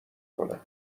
کنه